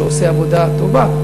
שעושה עבודה טובה,